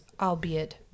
albeit